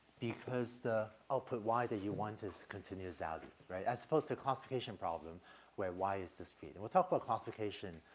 because the output y that you want is a continuous value, right? as opposed to a classification problem where y is the speed. and we'll talk about classification,